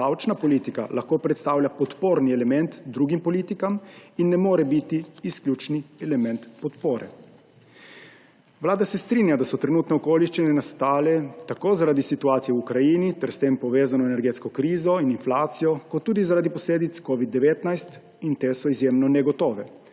davčna politika lahko predstavlja podporni element drugim politikam in ne more biti izključni element podpore. Vlada se strinja, da so trenutne okoliščine nastale tako zaradi situacije v Ukrajini ter s tem povezano energetsko krizo in inflacijo kot tudi zaradi posledic covida-19, in te so izjemno negotove.